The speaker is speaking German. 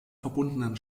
verbundenen